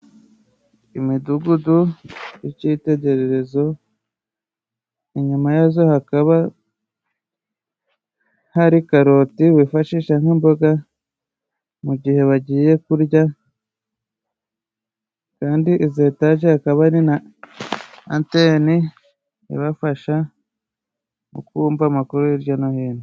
Imidugudu y'icyitegererezo inyuma yazo hakaba hari karoti wifashisha nk'imboga mu gihe bagiye kurya, kandi izo etaje akaba ari na antene ibafasha mu kumva amakuru hirya no hino.